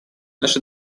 наши